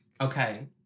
Okay